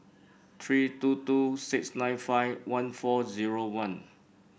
three two two six nine five one four zero one